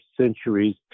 centuries